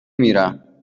میرم